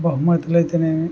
బహుమతులు అయితేనేమి